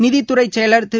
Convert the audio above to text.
நிதித்துறை செயல் திரு